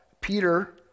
Peter